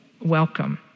welcome